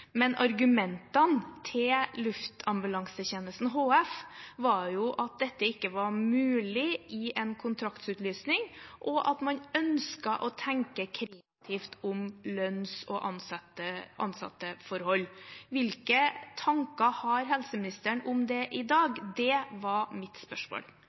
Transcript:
Men argumentene til Luftambulansetjenesten HF var jo at dette ikke var mulig i en kontraktsutlysning, og at man ønsker å tenke kreativt om lønns- og ansatteforhold. Hvilke tanker har helseministeren om det i dag? Det var mitt spørsmål.